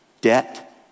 debt